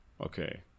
Okay